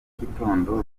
gitondo